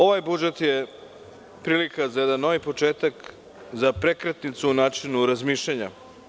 Ovaj budžet je prilika za jedan novi početak, za prekretnicu u načinu razmišljanja.